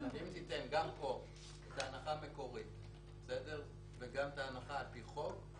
אם תיתן גם פה את ההנחה המקורית וגם את ההנחה על פי חוק,